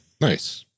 nice